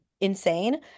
insane